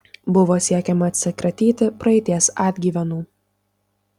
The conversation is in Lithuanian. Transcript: buvo siekiama atsikratyti praeities atgyvenų